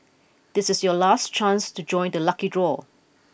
this is your last chance to join the lucky draw